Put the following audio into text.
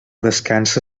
descansa